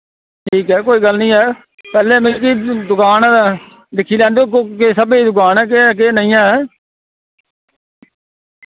ठीक ऐ कोई गल्ल निं ऐ पैह्ले मिकी दुकान दिक्खी लैन देओ को किस स्हाबे दी दुकान ऐ केह् ऐ केह् नेईं ऐ